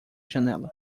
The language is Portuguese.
janela